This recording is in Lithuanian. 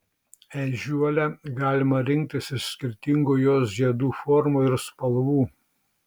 ežiuolę galima rinktis iš skirtingų jos žiedų formų ir spalvų